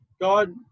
God